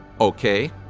okay